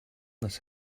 this